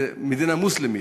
מדינה מוסלמית,